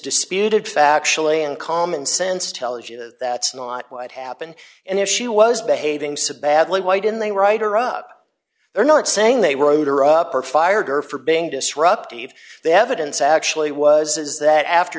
disputed factually and common sense tells you that that's not what happened and if she was behaving so badly why didn't they write her up they're not saying they were her up or fired or for being disruptive the evidence actually was is that after